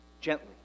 gently